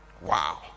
Wow